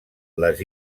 les